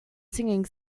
singing